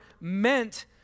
meant